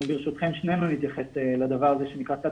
אנחנו ברשותכם שנינו נתייחס לדבר הזה שנקרא תת